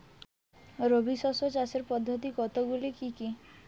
রবি শস্য চাষের পদ্ধতি কতগুলি কি কি?